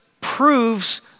proves